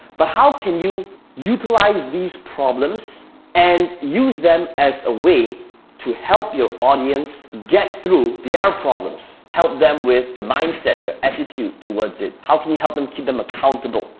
but how can you utilize these problems and use them as a way to help your audience get through their ah problems? help them with the mindset, their attitude towards it. how can you help them keep them accountable?